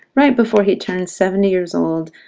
right before he turns seventy years old,